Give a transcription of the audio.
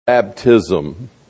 baptism